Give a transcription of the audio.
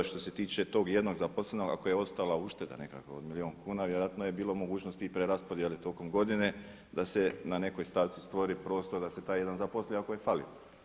Što se tiče tog jednog zaposlenog, ako je ostala ušteda nekakva od milijun kuna vjerojatno je bilo mogućnosti i preraspodjele tokom godine da se na nekoj stavci stvori prostor da se taj jedan zaposli ako je falio.